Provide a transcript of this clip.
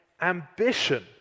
ambition